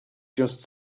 just